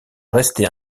rester